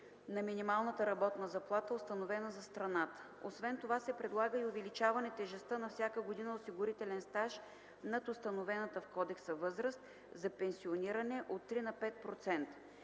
на минималната работна заплата, установена за страната. Освен това се предлага и увеличаване тежестта на всяка година осигурителен стаж над установената в кодекса възраст за пенсиониране от 3 на 5%.